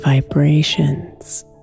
vibrations